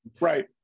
right